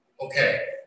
Okay